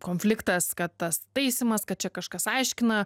konfliktas kad tas taisymas kad čia kažkas aiškina